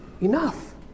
enough